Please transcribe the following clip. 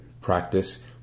practice